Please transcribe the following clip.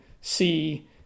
see